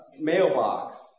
mailbox